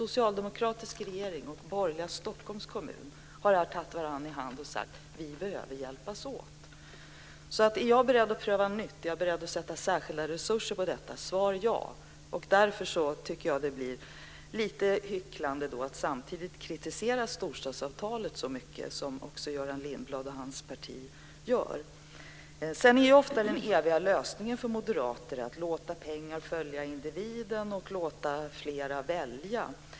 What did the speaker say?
Stockholms kommun har här tagit varandra i hand och sagt att man behöver hjälpas åt. Är jag beredd att pröva nytt? Är jag beredd att tillsätta särskilda resurser till detta? Svaret är ja. Därför tycker jag det blir lite hycklande att samtidigt kritisera storstadsavtalet så mycket som Göran Lindblad och hans parti gör. Den eviga lösningen för moderater är att låta pengarna följa individen och låta fler välja.